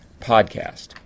podcast